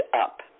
up